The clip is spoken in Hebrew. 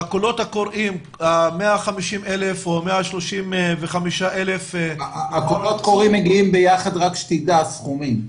בקולות הקוראים ה-150,000 או ה-135,000 --- שתדע סכומים,